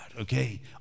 Okay